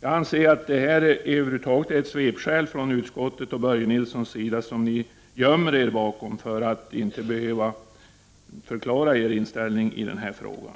Jag anser att det är ett svepskäl som utskottet och Börje Nilsson gömmer sig bakom för att inte behöva förklara sin inställning i denna fråga.